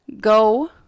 go